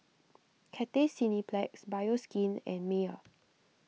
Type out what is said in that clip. Cathay Cineplex Bioskin and Mayer